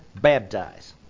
baptize